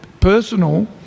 personal